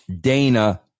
Dana